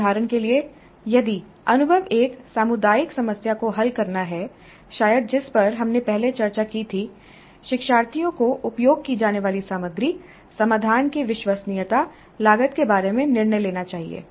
उदाहरण के लिए यदि अनुभव एक सामुदायिक समस्या को हल करना है शायद जिस पर हमने पहले चर्चा की थी शिक्षार्थियों को उपयोग की जाने वाली सामग्री समाधान की विश्वसनीयता लागत के बारे में निर्णय लेना चाहिए